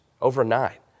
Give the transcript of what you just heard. overnight